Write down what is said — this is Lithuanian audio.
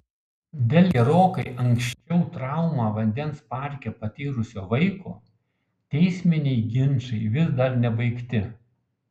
dėl gerokai anksčiau traumą vandens parke patyrusio vaiko teisminiai ginčai vis dar nebaigti